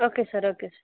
okay sir okay sir